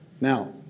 Now